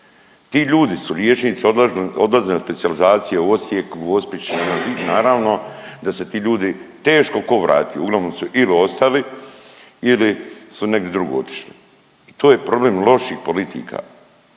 Ti ljudi su liječnici odlazili na specijalizacije u Osijek, u Gospić ne znam di naravno da se ti ljudi teško tko vratio. Uglavnom su ili ostali ili su negdje drugo otišli. To je problem loših politika,